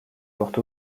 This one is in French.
porte